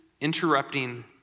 interrupting